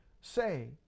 say